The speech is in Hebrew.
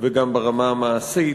וגם ברמה המעשית.